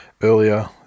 earlier